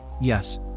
yes